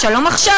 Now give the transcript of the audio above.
"שלום עכשיו",